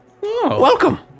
Welcome